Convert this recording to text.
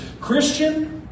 Christian